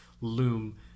loom